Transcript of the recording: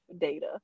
data